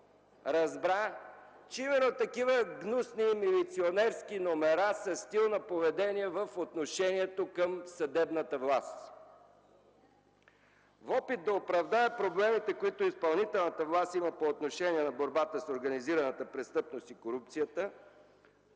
разбра, че именно такива гнусни милиционерски номера са стил на поведение в отношението към съдебната власт. В опит да оправдае проблемите, които изпълнителната власт има по отношение на борбата с организираната престъпност и корупцията,